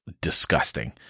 disgusting